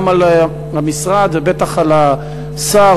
גם על המשרד ובטח על השר,